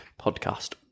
podcast